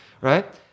Right